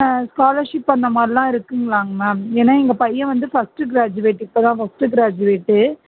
ஆ scholarship அந்த மாதிரியெலாம் இருக்குதுங்களாங்க மேம் ஏன்னால் எங்கள் பையன் வந்து ஃபர்ஸ்ட் க்ராஜூவேட் இப்போதான் ஃபர்ஸ்ட் க்ராஜூவேட்டு